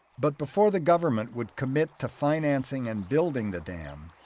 but before the government would commit to financing and building the dam,